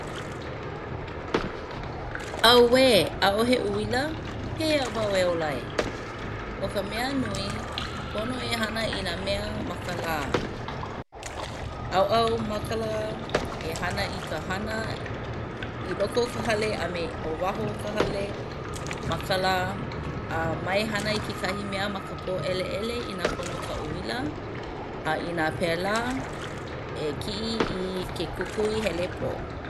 ʻAuē ʻaʻohe uila pehea wau e ola ai? ʻO ka mea nui pono e hana i nā mea ma ka lā. ʻAuʻau ma ka lā, e hana i ka hana i loko o ka hale a me o waho o ka hale ma ka lā. A mai hana kekahi mea ma ka pōʻeleʻele inā pono ka uila a inā pēlā e kiʻi i ke kukuihelepōo